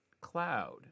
cloud